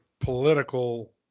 political